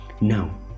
now